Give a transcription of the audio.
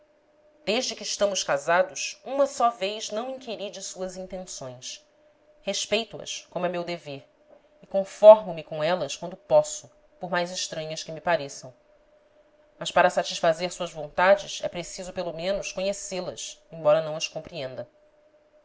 desde que estamos casados uma só vez não inquiri de suas intenções respeito as como é meu dever e conformo me com elas quanto posso por mais estranhas que me pareçam mas para satisfazer suas vontades é preciso pelo menos conhecê las embora não as compreenda